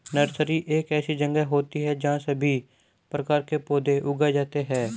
nursery एक ऐसी जगह होती है जहां सभी प्रकार के पौधे उगाए जाते हैं